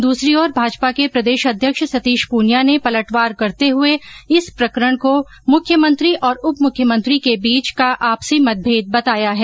दूसरी ओर भाजपा के प्रदेशाध्यक्ष सतीश प्रनिया ने पलटवार करते हये इस प्रकरण को मुख्यमंत्री और उप मुख्यमंत्री के बीच का आपसी मतभेद बताया है